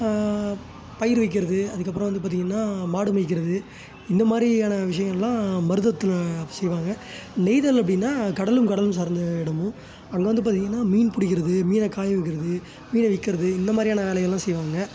பயிர் வைக்கிறது அதுக்கப்புறம் வந்து பார்த்தீங்கன்னா மாடு மேய்க்கிறது இந்த மாதிரியான விஷயல்லாம் மருதத்தில் செய்வாங்க நெய்தல் அப்படின்னா கடலும் கடலும் சார்ந்த இடமும் அங்கே வந்து பார்த்தீங்கன்னா மீன் பிடிக்கிறது மீனை காய வைக்கிறது மீனை விற்கறது இந்த மாதிரியான வேலைகளெலாம் செய்வாங்க